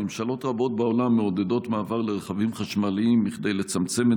ממשלות רבות בעולם מעודדות מעבר לרכבים חשמליים כדי לצמצם את